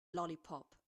lollipop